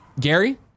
Gary